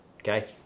Okay